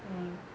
mm